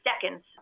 seconds